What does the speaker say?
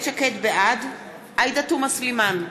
בעד עאידה תומא סלימאן,